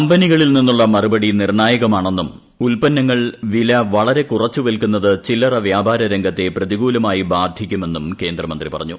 കമ്പനികളിൽ നിന്നുള്ള മറുപടി നിർണ്ണായകമാണെന്നും ഉൽപ്പന്നങ്ങൾ വില വളരെ കുറച്ച് വിൽക്കുന്നത് ചില്ലറ വ്യാപാര രംഗത്തെ പ്രതികൂലമായി ബാധിക്കുമെന്നും കേന്ദ്രമന്ത്രി പറഞ്ഞു